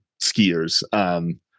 skiers